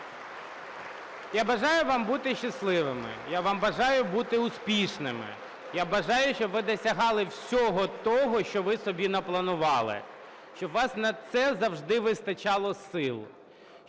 Я бажаю вам бути щасливими. Я вам бажаю бути успішними. Я бажаю, щоб ви досягали всього того, що ви собі напланували, щоб у вас на це завжди вистачало сил,